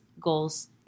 goals